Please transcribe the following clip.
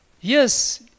Yes